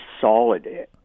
solid